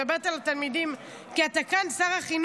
אני מדברת על התלמידים, כי אתה כאן, שר החינוך.